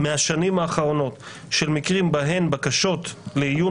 מהשנים האחרונות של מקרים בהם בקשות לעיון